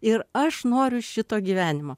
ir aš noriu šito gyvenimo